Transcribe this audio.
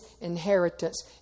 inheritance